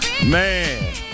Man